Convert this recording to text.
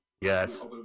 Yes